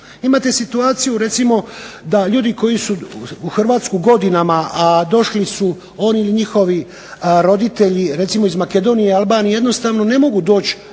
Imate situaciju recimo da ljudi koji su u Hrvatsku godinama a došli su oni ili njihovi roditelji recimo iz Makedonije, Albanije jednostavno ne mogu doći